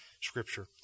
scripture